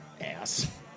Ass